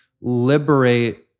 liberate